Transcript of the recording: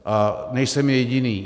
A nejsem jediný.